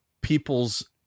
people's